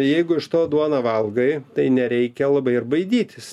jeigu iš to duoną valgai tai nereikia labai ir baidytis